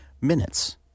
minutes